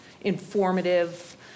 informative